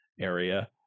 area